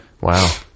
wow